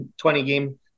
20-game